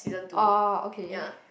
oh okay